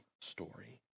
story